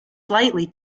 slightly